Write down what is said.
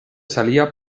salía